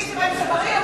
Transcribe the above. מי שבא עם שבריות,